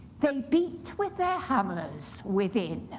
they beat with their hammers within.